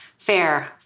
Fair